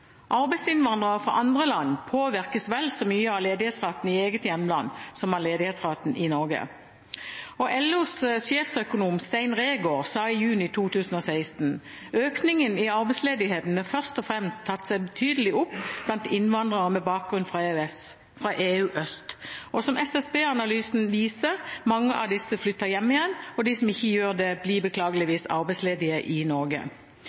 Arbeidsinnvandrere fra andre land påvirkes vel så mye av ledighetsraten i eget hjemland som av ledighetsraten i Norge. LOs sjeføkonom, Stein Reegård, sa i juni 2016: Økningen i arbeidsledigheten har først og fremst tatt seg betydelig opp blant innvandrere med bakgrunn fra EU øst. Og som SSB-analysen viser: Mange av disse flytter hjem igjen, og de som ikke gjør det, blir beklageligvis arbeidsledige i Norge.